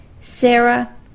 Sarah